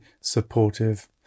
supportive